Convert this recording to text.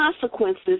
consequences